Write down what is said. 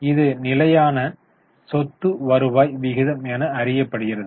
இது நிலையான சொத்து வருவாய் விகிதம் என அறியப்படுகிறது